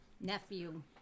nephew